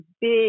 big